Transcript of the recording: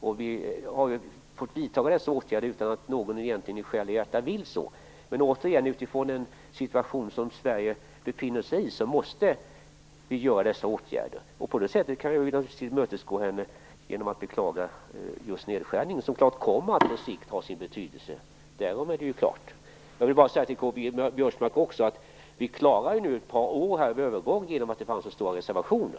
Vi har fått vidta dessa åtgärder utan att någon egentligen i själ och hjärta vill göra det. Men i den situation som Sverige befinner sig i måste vi vidta dessa åtgärder. På det sättet kan jag naturligtvis tillmötesgå Eva Zetterberg, genom att beklaga nedskärningen, som självfallet kommer att ha sin betydelse på sikt. Jag vill också säga till K-G Biörsmark att vi nu klarar ett par år av övergång genom att det fanns reservationer.